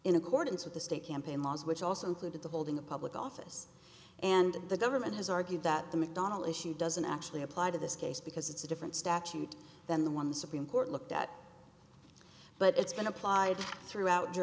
in accordance with the state campaign laws which also included the holding a public office and the government has argued that the mcdonnell issue doesn't actually apply to this case because it's a different statute than the one the supreme court looked at but it's been applied throughout